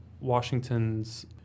Washington's